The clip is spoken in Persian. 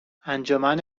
انجمن